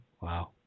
Wow